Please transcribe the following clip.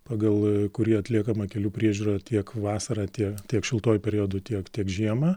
pagal kurį atliekama kelių priežiūra tiek vasarą tie tiek šiltuoju periodu tiek tiek žiemą